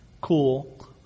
cool